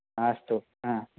अस्तु हा